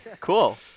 Cool